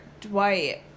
Dwight